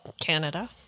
Canada